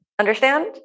understand